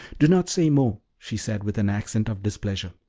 do not say more, she said, with an accent of displeasure.